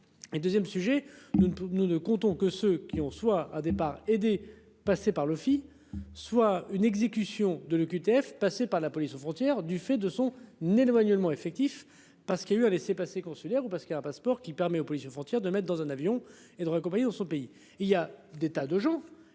nous ne pouvons nous ne comptons que ce qu'il en soit à départ aider passer par le. Soit une exécution de l'OQTF passer par la police aux frontières du fait de son nez éloignement effectif parce qu'il y a eu un laissez-passer consulaires ou parce qu'il y a un passeport qui permet aux policiers, aux frontières de maître dans un avion et de raccompagner dans son pays,